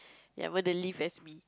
ya I want to live as me